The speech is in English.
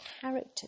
character